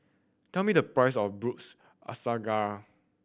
tell me the price of Braised Asparagus